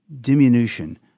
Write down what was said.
Diminution